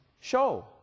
show